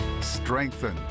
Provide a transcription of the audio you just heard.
strengthen